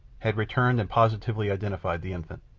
had returned and positively identified the infant.